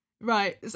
Right